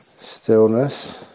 stillness